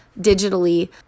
digitally